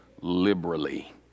liberally